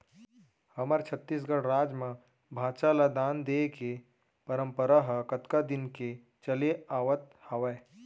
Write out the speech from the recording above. हमर छत्तीसगढ़ राज म भांचा ल दान देय के परपंरा ह कतका दिन के चले आवत हावय